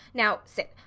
now, sir,